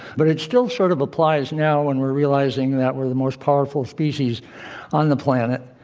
but it still sort of applies now when we're realizing that we're the most powerful species on the planet.